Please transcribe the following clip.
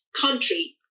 country